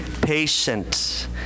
patient